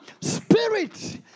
spirit